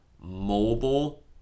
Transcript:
mobile